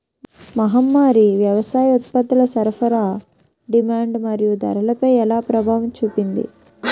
మహమ్మారి వ్యవసాయ ఉత్పత్తుల సరఫరా డిమాండ్ మరియు ధరలపై ఎలా ప్రభావం చూపింది?